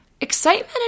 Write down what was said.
excitement